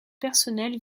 personnelles